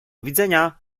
widzenia